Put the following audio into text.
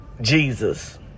Jesus